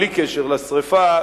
בלי קשר לשרפה,